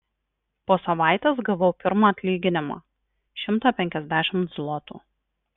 po savaitės gavau pirmą atlyginimą šimtą penkiasdešimt zlotų